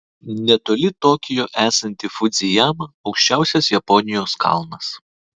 netoli tokijo esanti fudzijama aukščiausias japonijos kalnas